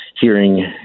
hearing